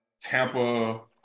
Tampa